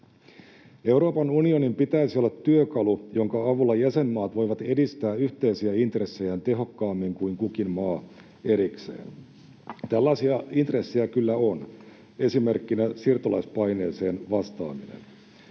Euroopan unionin pitäisi olla työkalu, jonka avulla jäsenmaat voivat edistää yhteisiä intressejään tehokkaammin kuin kukin maa erikseen. Tällaisia intressejä kyllä on, esimerkkinä siirtolaispaineeseen vastaaminen.